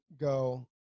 go